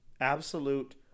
Absolute